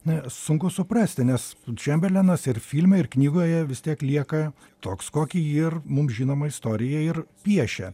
ne sunku suprasti nes čemberlenas ir filme ir knygoje vis tiek lieka toks kokį ir mums žinoma istorija ir piešia